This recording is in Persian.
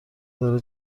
داره